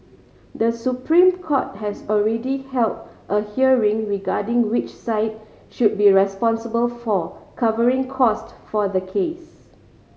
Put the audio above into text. The Supreme Court has already held a hearing regarding which side should be responsible for covering cost for the case